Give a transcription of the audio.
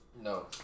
No